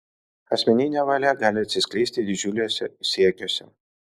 asmeninė valia gali atsiskleisti didžiuliuose siekiuose